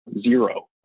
zero